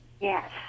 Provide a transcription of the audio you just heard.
Yes